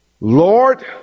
Lord